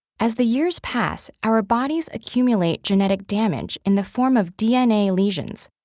as the years pass, our bodies accumulate genetic damage in the form of dna lesions.